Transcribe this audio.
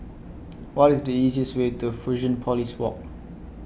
What IS The easiest Way to Fusionopolis Walk